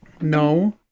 no